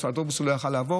האוטובוס לא יכול היה לעבור,